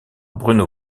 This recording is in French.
bruno